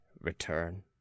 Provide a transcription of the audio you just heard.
return